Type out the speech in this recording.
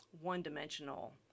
one-dimensional